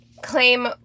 claim